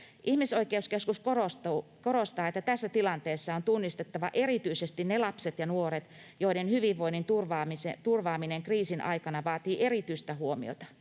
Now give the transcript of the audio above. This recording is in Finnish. Ihmisoikeuskeskus korostaa, että tässä tilanteessa on tunnistettava erityisesti ne lapset ja nuoret, joiden hyvinvoinnin turvaaminen kriisin aikana vaatii erityistä huomiota.